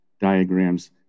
diagrams